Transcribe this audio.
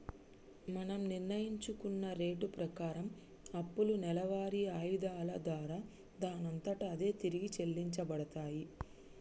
మనం నిర్ణయించుకున్న రేటు ప్రకారం అప్పులు నెలవారి ఆయిధాల దారా దానంతట అదే తిరిగి చెల్లించబడతాయి